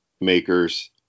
makers